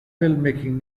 filmmaking